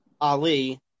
Ali